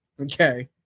okay